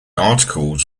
articles